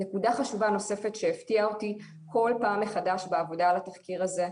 נקודה נוספת שהפתיעה אותי כל פעם מחדש בעבודה על התחקיר הזה,